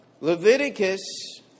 Leviticus